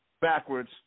backwards